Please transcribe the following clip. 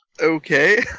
okay